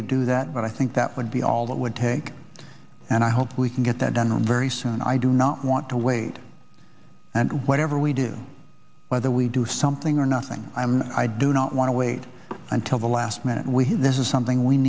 to do that but i think that would be all that would take and i hope we can get that done and very soon i do not want to wait and whatever we do whether we do something or nothing i am i do not want to wait until the last minute we hear this is something we